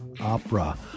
opera